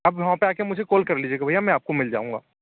आप वहाँ पर आ कर मुझे कॉल कर लीजिएगा भैया मैं आपको मिल जाऊँगा